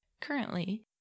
Currently